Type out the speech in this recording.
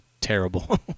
terrible